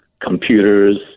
computers